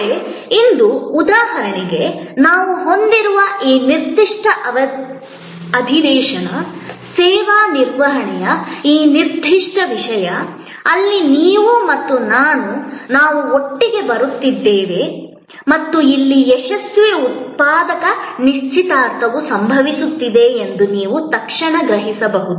ಆದರೆ ಇಂದು ಉದಾಹರಣೆಗೆ ನಾವು ಹೊಂದಿರುವ ಈ ನಿರ್ದಿಷ್ಟ ಅಧಿವೇಶನ ಸೇವಾ ನಿರ್ವಹಣೆಯ ಈ ನಿರ್ದಿಷ್ಟ ವಿಷಯ ಅಲ್ಲಿ ನೀವು ಮತ್ತು ನಾನು ನಾವು ಒಟ್ಟಿಗೆ ಬರುತ್ತಿದ್ದೇವೆ ಮತ್ತು ಇಲ್ಲಿ ಯಶಸ್ವಿ ಉತ್ಪಾದಕ ನಿಶ್ಚಿತಾರ್ಥವು ಸಂಭವಿಸುತ್ತದೆ ಎಂದು ನೀವು ತಕ್ಷಣ ಗ್ರಹಿಸಬಹುದು